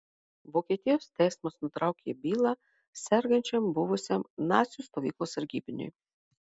vokietijos teismas nutraukė bylą sergančiam buvusiam nacių stovyklos sargybiniui